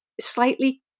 slightly